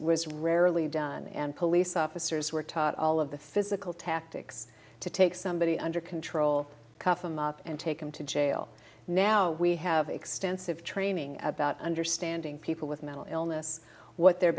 was rarely done and police officers were taught all of the physical tactics to take somebody under control cuff them up and take them to jail now we have extensive training about understanding people with mental illness what their